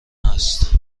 هست